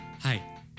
Hi